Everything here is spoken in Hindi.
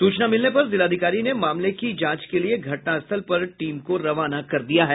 सूचना मिलने पर जिलाधिकारी ने मामले की जांच के लिये घटनास्थल पर टीम को रवाना किया है